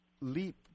leap